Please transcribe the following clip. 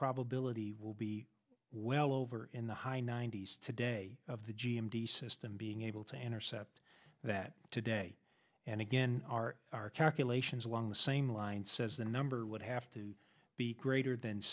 probability will be well over in the high ninety's today of the g m t system being able to intercept that today and again our calculations along the same line says the number would have to be greater than